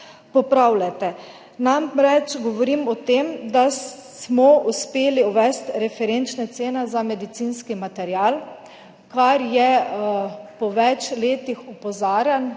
popravljate. Govorim o tem, da smo uspeli uvesti referenčne cene za medicinski material. Po več letih opozarjanj,